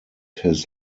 his